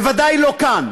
בוודאי לא כאן.